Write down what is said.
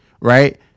right